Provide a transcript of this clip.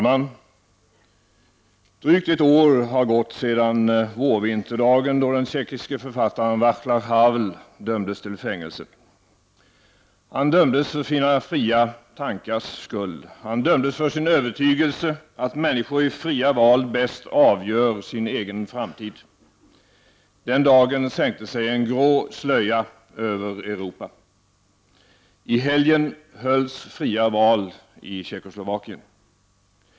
Herr talman! Det har gått drygt ett år sedan vårvinterdagen då den tjeckiske författaren Vaclav Havel dömdes till fängelse. Han dömdes för sina fria tankars skull och för sin övertygelse att människor i fria val bäst avgör sin egen framtid. Den dagen sänkte sig en grå slöja över Europa. I helgen hölls fria val i Tjeckoslovakien.